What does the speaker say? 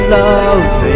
love